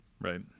Right